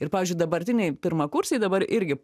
ir pavyzdžiui dabartiniai pirmakursiai dabar irgi